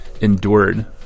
endured